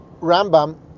Rambam